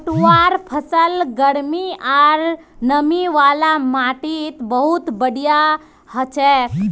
पटवार फसल गर्मी आर नमी वाला माटीत बहुत बढ़िया हछेक